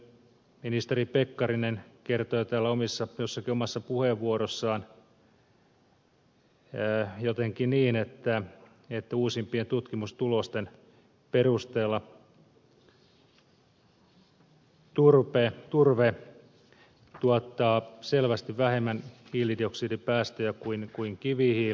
ministeri pekkarinen kertoi täällä jossakin puheenvuorossaan jotenkin niin että uusimpien tutkimustulosten perusteella turve tuottaa selvästi vähemmän hiilidioksidipäästöjä kuin kivihiili